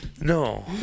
no